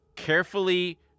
carefully